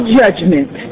judgment